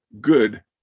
good